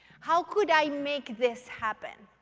how could i make this happen?